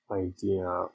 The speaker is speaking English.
idea